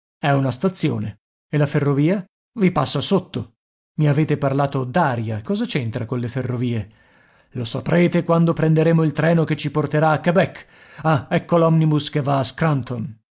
è una stazione e la ferrovia i passa sotto i avete parlato d'aria cosa c'entra colle ferrovie lo saprete quando prenderemo il treno che ci porterà a quebec ah ecco l'omnibus che va